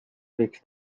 võiks